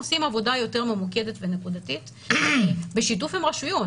עושים עבודה יותר ממוקדת ונקודתית בשיתוף עם הרשויות.